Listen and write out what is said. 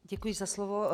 Děkuji za slovo.